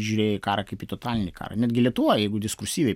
žiūrėjo į karą kaip į totalinį karą netgi lietuvoj jeigu diskursyviai